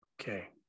Okay